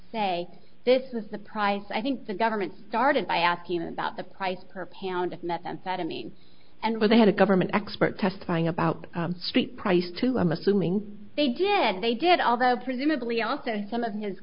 say this is the price i think the government started by asking him about the price per pound of methamphetamine and where they had a government expert testifying about the street price to i'm assuming they did they did although presumably also some of his